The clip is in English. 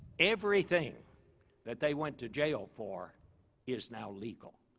everything that they went to jail for is now legal.